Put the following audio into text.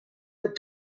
would